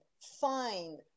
find